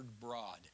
broad